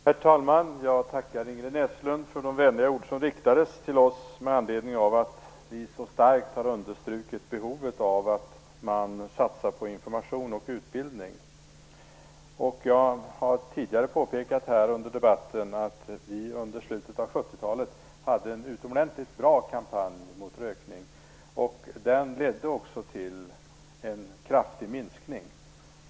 Herr talman! Jag tackar Ingrid Näslund för de vänliga ord som riktades till oss med anledning av att vi så starkt har understrukit behovet av att man satsar på information och utbildning. Jag har tidigare under debatten påpekat att det under slutet av 1970-talet gjordes en utomordentligt bra kampanj mot rökning. Den ledde också till en kraftig minskning.